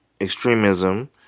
extremism